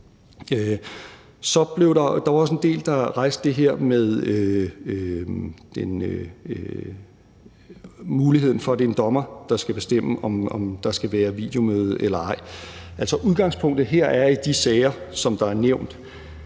Der var også en del, der rejste det her med muligheden for, at det er en dommer, der skal bestemme, om der skal være videomøde eller ej. Udgangspunktet i de sager, som der er nævnt